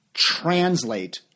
Translate